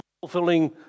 fulfilling